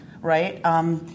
right